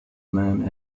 man